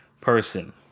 person